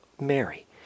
Mary